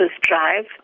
drive